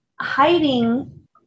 hiding